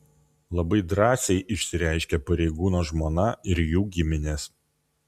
labai drąsiai išsireiškė pareigūno žmona ir jų giminės